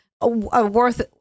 worth